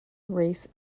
race